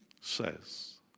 says